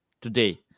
today